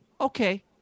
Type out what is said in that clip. okay